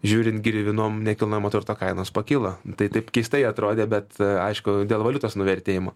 žiūrint grivinom nekilnojamo turto kainos pakilo tai taip keistai atrodė bet aišku dėl valiutos nuvertėjimo